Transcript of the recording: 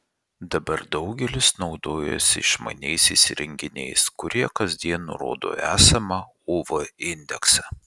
dabar daugelis naudojasi išmaniaisiais įrenginiais kurie kasdien nurodo esamą uv indeksą